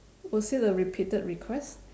was it a repeated request